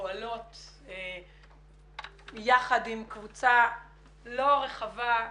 פועלות יחד עם קבוצה לא רחבה,